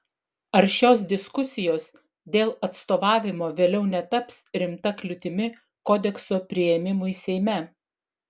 ar šios diskusijos dėl atstovavimo vėliau netaps rimta kliūtimi kodekso priėmimui seime